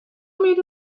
میری